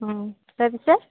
তই পিছে